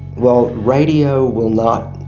well, radio will not,